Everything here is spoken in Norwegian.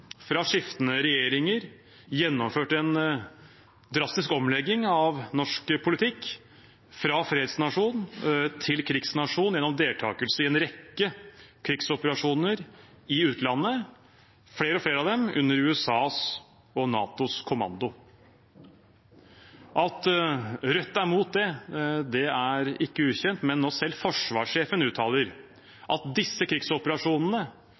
fra skiftende regjeringer gjennomført en drastisk omlegging av norsk politikk, fra fredsnasjon til krigsnasjon, gjennom deltakelse i en rekke krigsoperasjoner i utlandet, flere og flere av dem under USAs og NATOs kommando. At Rødt er mot det, er ikke ukjent, men når selv forsvarssjefen uttaler at disse krigsoperasjonene